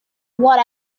what